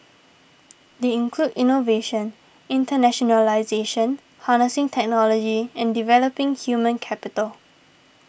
they include innovation internationalisation harnessing technology and developing human capital